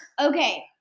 okay